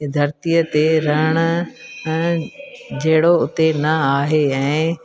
धरतीअ ते रहण जहिड़ो उते न आहे ऐं